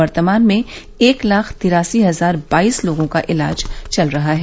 वर्तमान में एक लाख तिरासी हजार बाईस लोगों का इलाज चल रहा है